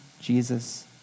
Jesus